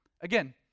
Again